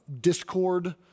discord